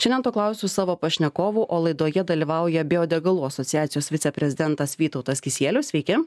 šiandien to klausiu savo pašnekovų o laidoje dalyvauja biodegalų asociacijos viceprezidentas vytautas kisielius sveiki